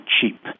cheap